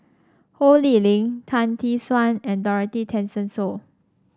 Ho Lee Ling Tan Tee Suan and Dorothy Tessensohn